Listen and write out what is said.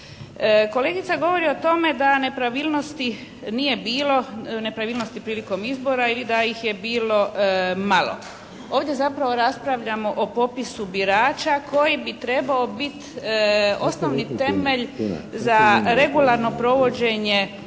Kolegica govori o tome da nepravilnosti nije bilo, nepravilnosti prilikom izbora ili da ih je bilo malo. Ovdje zapravo raspravljamo o popisu birača koji bi trebao biti osnovni temelj za regularno provođenje